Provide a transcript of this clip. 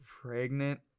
Pregnant